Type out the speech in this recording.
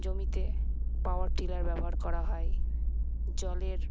জমিতে power tiller ব্যবহার করা হয় জলের